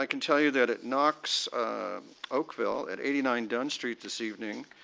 like and tell you that it knocks oakville at eighty nine dunn street this evening,